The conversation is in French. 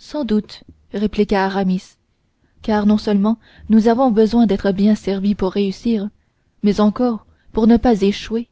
sans doute répliqua aramis car non seulement nous avons besoin d'être bien servis pour réussir mais encore pour ne pas échouer